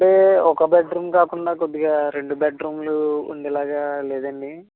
అంటే ఒక బెడ్రూమ్ కాకుండా కొద్దిగా రెండు బెడ్రూమ్లు ఉండేలాగా లేదండి ఏమన్న